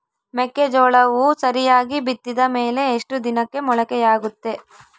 ಮೆಕ್ಕೆಜೋಳವು ಸರಿಯಾಗಿ ಬಿತ್ತಿದ ಮೇಲೆ ಎಷ್ಟು ದಿನಕ್ಕೆ ಮೊಳಕೆಯಾಗುತ್ತೆ?